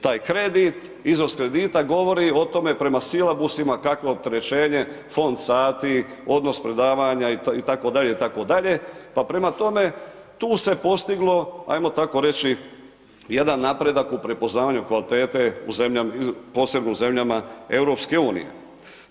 taj kredit, iznos kredita govori o tome prema silabusima kakvo je opterećenje, fond sati, odnos predavanja itd., itd. pa prema tome, tu se postiglo ajmo tako reći jedan napredak u prepoznavanju kvalitete posebno u zemljama EU-a.